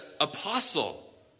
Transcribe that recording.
apostle